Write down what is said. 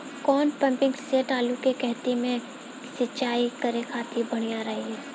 कौन pumping set आलू के कहती मे सिचाई करे खातिर बढ़िया रही?